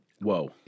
Whoa